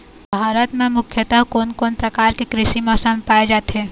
भारत म मुख्यतः कोन कौन प्रकार के कृषि मौसम पाए जाथे?